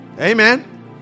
Amen